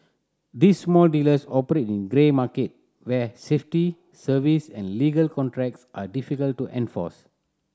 these small dealers operate in grey market where safety service and legal contracts are difficult to enforce